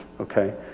okay